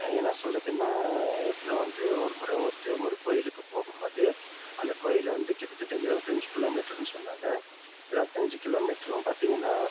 என்ன சொல்கிறதுன்னா நான் வந்து ஒரு முறை வந்து ஒரு கோவிலுக்கு போகும்போது அந்த கோவில் வந்து கிட்டத்தட்ட இருபத்தஞ்சு கிலோமீட்டர்னு சொன்னாங்க இருபத்தஞ்சு கிலோமீட்டரும் பார்த்தீங்கன்னா